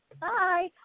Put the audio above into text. Bye